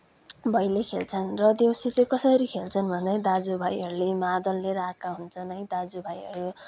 भैली खेल्छन् र देउसी चाहिँ कसरी खेल्छन् भन्दाखेरि दाजु भाइले मादल लिएर आएका हुन्छन् है दाजु भाइहरू